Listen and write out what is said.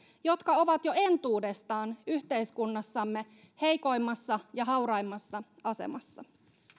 jotka ovat jo entuudestaan yhteiskunnassamme heikoimmassa ja hauraimmassa asemassa